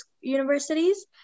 universities